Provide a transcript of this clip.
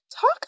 Talk